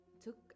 took